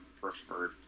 preferred